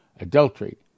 adultery